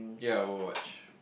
ya I'll go watch